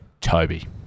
Toby